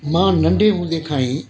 मां नंढे हूंदे खां ई